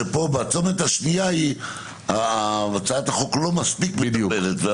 שבצומת השנייה הצעת החוק לא מספיק מטפלת.